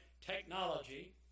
technology